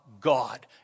God